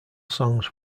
songs